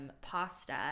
pasta